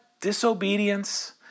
disobedience